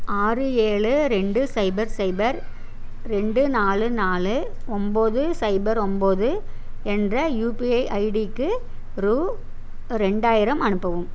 ஆறு ஏழு ரெண்டு சைபர் சைபர் ரெண்டு நாலு நாலு ஒம்பது சைபர் ஒம்பது என்ற யுபிஐ ஐடிக்கு ரூபா ரெண்டாயிரம் அனுப்பவும்